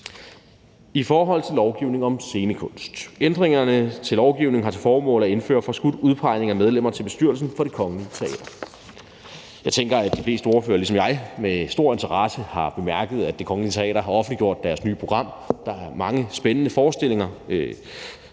I forhold til lov om scenekunst har ændringerne til lovgivningen til formål at indføre forskudt udpegning af medlemmer til bestyrelsen for Det Kongelige Teater. Jeg tænker, at de fleste ordførere ligesom jeg med stor interesse har bemærket, at Det Kongelige Teater har offentliggjort deres nye program. Der er mange spændende forestillinger